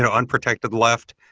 ah unprotected left.